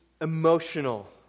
emotional